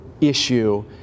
issue